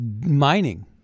mining